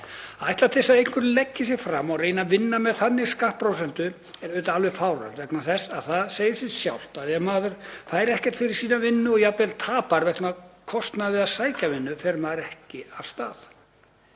ætlast til þess að einhver leggi sig fram og reyni að vinna með þannig skattprósentu er auðvitað alveg fáránlegt vegna þess að það segir sig sjálft að ef maður fær ekkert fyrir sína vinnu og tapar jafnvel vegna kostnaðar við að sækja vinnu fer maður ekki af stað.